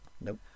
nope